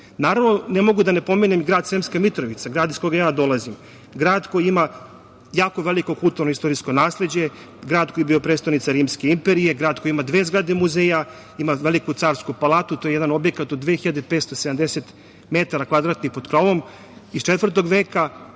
školi. Naravno, ne mogu a da ne pomenem i grad Sremska Mitrovica, grad iz koga dolazim. Grad koji ima jako veliko kulturno i istorijsko nasleđe, grad koji je bio prestonica rimske imperije. Grad koji ima dve zgrade muzeja, ima veliku carsku palatu, to je jedan objekat od 2570 metara kvadratnih pod krovom iz 4. veka.